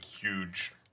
huge